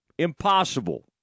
Impossible